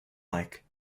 like